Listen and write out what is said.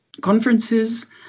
conferences